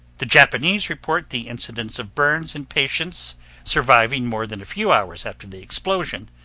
the japanese report the incidence of burns in patients surviving more than a few hours after the explosion,